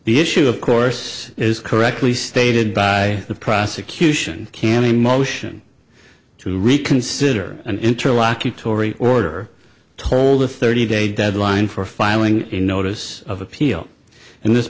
the issue of course is correctly stated by the prosecution can a motion to reconsider an interlocutory order told a thirty day deadline for filing a notice of appeal in this